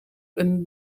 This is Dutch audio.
een